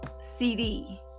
cd